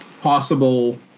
possible